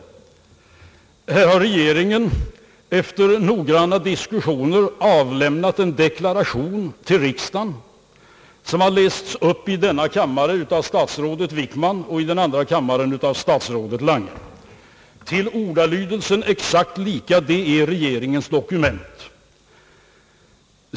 Regeringen har efter noggranna diskus sioner avlämnat en deklaration till riksdagen som har lästs upp i denna kammare av statsrådet Wickman och i andra kammaren av statsrådet Lange, till ordalydelsen exakt lika. Denna deklaration är regeringens dokument.